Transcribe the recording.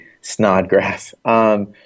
Snodgrass